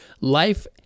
life